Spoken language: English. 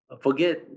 forget